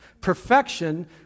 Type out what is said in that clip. Perfection